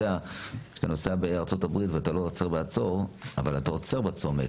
כשאתה נוסע בארצות הברית ואתה לא עוצר בעצור אבל אתה עוצר בצומת,